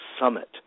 Summit